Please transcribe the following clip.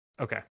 Okay